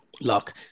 luck